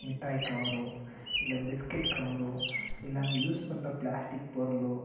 மிட்டாய் கவர் இல்லை biscuit cover இல்லை அங்கே யூஸ் பண்ணுற பிளாஸ்டிக் பொருள்